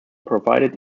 provided